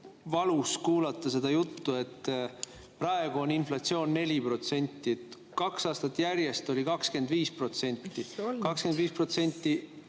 valus kuulata seda juttu, et praegu on inflatsioon 4%. Kaks aastat järjest oli see 25%.